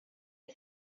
you